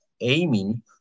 aiming